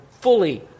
fully